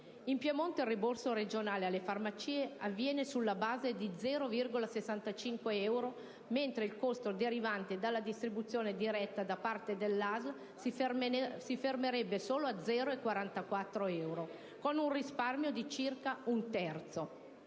In Piemonte il rimborso regionale alle farmacie avviene sulla base di 0,65 euro, mentre il costo derivante dalla distribuzione diretta da parte delle ASL si fermerebbe a 0,44 euro, con un risparmio di circa un terzo.